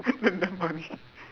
damn damn funny